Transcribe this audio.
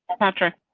patrick.